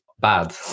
bad